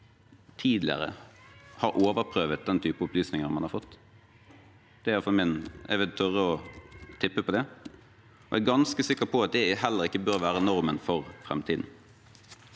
tidligere har overprøvd den typen opplysninger man har fått. Jeg vil tørre å tippe på det, og jeg er ganske sikker på at det heller ikke bør være normen for framtiden,